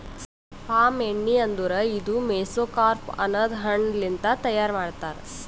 palm ಎಣ್ಣಿ ಅಂದುರ್ ಇದು ಮೆಸೊಕಾರ್ಪ್ ಅನದ್ ಹಣ್ಣ ಲಿಂತ್ ತೈಯಾರ್ ಮಾಡ್ತಾರ್